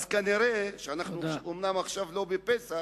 אנו אומנם לא בפסח,